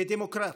כדמוקרט,